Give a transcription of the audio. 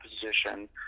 position